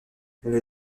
les